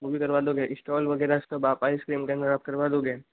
वो भी करवा लोगे स्टॉल वग़ैरह सब आप आइसक्रीम के अन्दर आप करवा दोगे